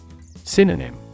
Synonym